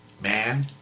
man